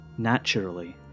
Naturally